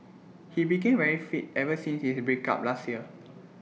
he became very fit ever since his breakup last year